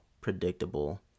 predictable